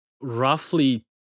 roughly